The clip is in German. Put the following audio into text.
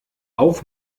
auf